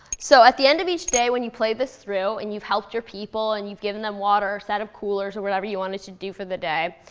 so at the end of each day, when you play this through, and you've helped your people and you've given them water or set up coolers or whatever you wanted to do for the day,